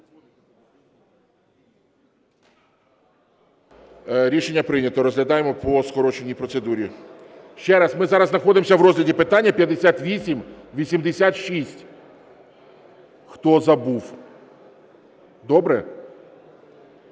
Рішення прийнято. Розглядаємо по скороченій процедурі. Ще раз: ми зараз знаходимося в розгляді питання 5886, хто забув. Добре?